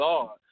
God